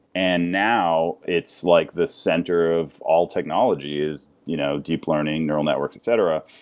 and now, it's like the center of all technology is you know deep learning, neural networks, etc.